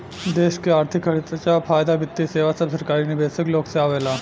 देश के अर्थिक खर्चा, फायदा, वित्तीय सेवा सब सरकारी निवेशक लोग से आवेला